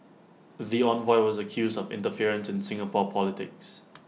the envoy was accused of interference in Singapore politics